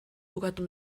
bukatu